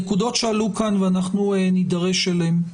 נקודות שעלו כאן ואנחנו נידרש אליהן.